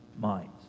minds